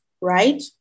right